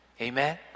Amen